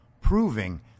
proving